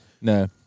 No